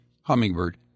hummingbird